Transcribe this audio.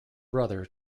brother